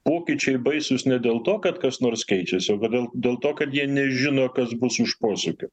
pokyčiai baisūs ne dėl to kad kas nors keičiasi o kodėl to kad jie nežino kas bus už posūkio